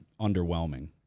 underwhelming